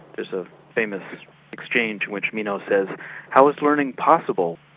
there's a famous exchange in which meno says how is learning possible,